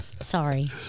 Sorry